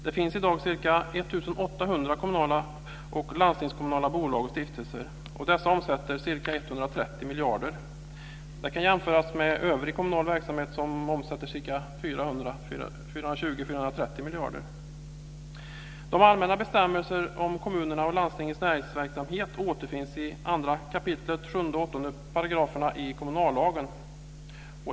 Det finns i dag ca 1 800 kommunala och landstingskommunala bolag och stiftelser. Dessa omsätter ca 130 miljarder kronor. Detta kan jämföras med att övrig kommunal verksamhet omsätter 420-430 miljarder. 7 och 8 §§ kommunallagen.